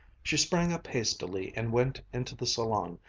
she sprang up hastily and went into the salon,